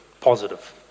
positive